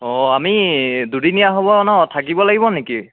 অঁ আমি দুদিনীয়া হ'ব ন থাকিব লাগিব নেকি